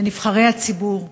לנבחרי הציבור,